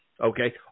Okay